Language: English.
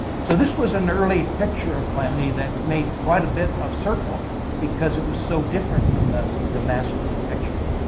so this was an early picture of calamity that made quite a bit of circle because it was so different from the the masculine pictures.